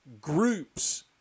groups